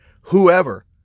whoever